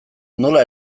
nola